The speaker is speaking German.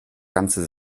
ganze